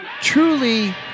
truly